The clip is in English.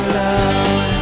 love